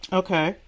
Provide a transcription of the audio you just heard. okay